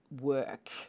work